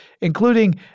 including